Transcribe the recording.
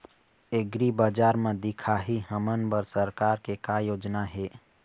एग्रीबजार म दिखाही हमन बर सरकार के का योजना हे?